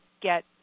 get